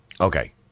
Okay